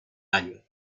daño